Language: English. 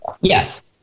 Yes